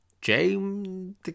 James